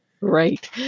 Right